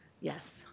Yes